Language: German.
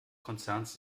konzerns